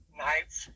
knives